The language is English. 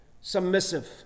submissive